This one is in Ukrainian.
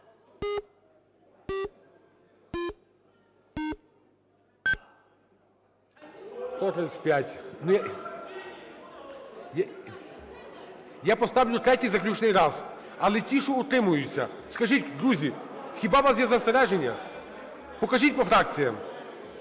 Я поставлю третій заключний раз. Але ті, що утримуються, скажіть, друзі, хіба у вас є застереження? Покажіть по фракціях.